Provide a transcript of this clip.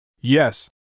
Yes